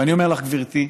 ואני אומר לך, גברתי,